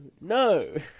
no